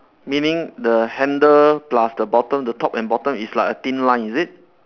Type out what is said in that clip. meaning the handle plus the bottom the top and bottom is like a thin line is it